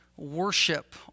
Worship